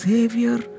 Savior